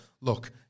look